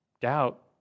doubt